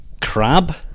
Crab